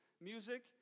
music